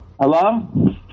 Hello